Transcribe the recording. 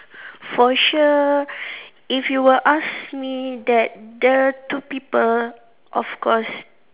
for sure if you were ask me that there are two people of course